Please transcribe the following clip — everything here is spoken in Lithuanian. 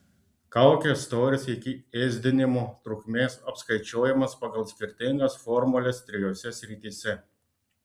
kaukės storis iki ėsdinimo trukmės apskaičiuojamas pagal skirtingas formules trijose srityse